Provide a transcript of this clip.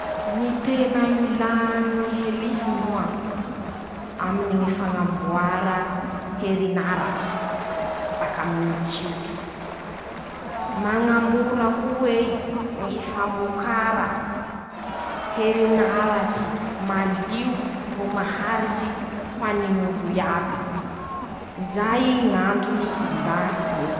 Ñy tena ilà ñy helisy moa: -Aminy ñy fañamboara herinaratsy bakaminy ñy tsioky, mañamora koa i ñy famokara herinaratsy malio, ro maharitsy ho any ñ'olo iaby, zay ñ'antony ilà.